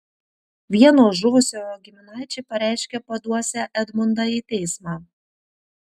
vieno žuvusiojo giminaičiai pareiškė paduosią edmundą į teismą